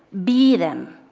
be them.